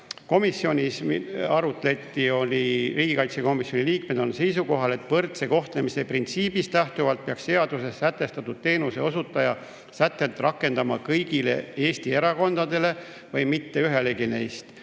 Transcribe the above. kohaselt] on riigikaitsekomisjoni liikmed seisukohal, et võrdse kohtlemise printsiibist lähtuvalt peaks seaduses sätestatud teenuse osutaja sätet rakendama kõigile Eesti erakondadele või mitte ühelegi neist.